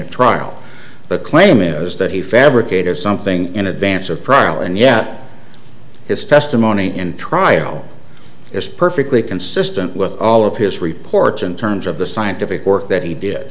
at trial but claim is that he fabricated something in advance of prialt and yet his testimony in trial is perfectly consistent with all of his reports in terms of the scientific work that he did